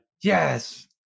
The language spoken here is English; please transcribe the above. Yes